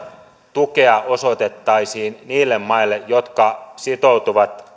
tukea osoitettaisiin niille maille jotka sitoutuvat